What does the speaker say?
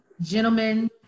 gentlemen